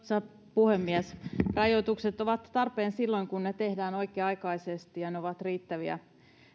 puhemies rajoitukset ovat tarpeen silloin kun ne tehdään oikea aikaisesti ja ne ovat riittäviä